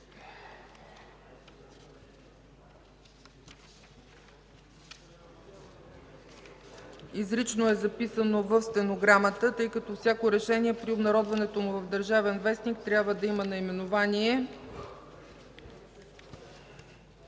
изрично е записано в стенограмата, тъй като всяко решение при обнародването му в „Държавен вестник” трябва да има наименование.